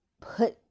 put